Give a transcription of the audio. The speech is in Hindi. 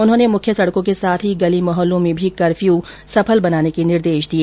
उन्होंने मुख्य सड़कों के साथ ही गली मोहल्लों में भी कर्फ्यू सफल बनाने के निर्देश दिए